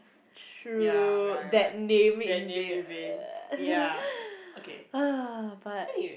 true that name in rea~ uh but